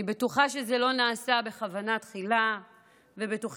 אני בטוחה שזה לא נעשה בכוונה תחילה ובטוחה